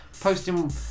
posting